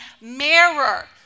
mirror